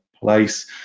place